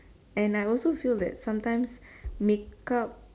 and I also feel that sometimes make up